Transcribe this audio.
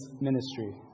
ministry